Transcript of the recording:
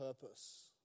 purpose